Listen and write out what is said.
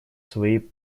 своей